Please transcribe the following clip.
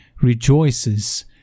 rejoices